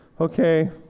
okay